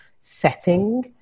setting